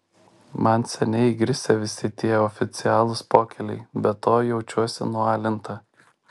man seniai įgrisę visi tie oficialūs pokyliai be to jaučiuosi nualinta